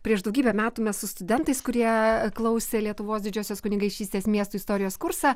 prieš daugybę metų mes su studentais kurie klausė lietuvos didžiosios kunigaikštystės miestų istorijos kursą